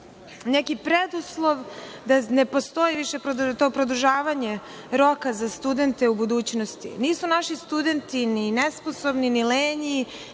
neki preduslov da ne postoji više to produžavanje roka za studente u budućnosti. Nisu naši studenti ni nesposobni, ni lenji,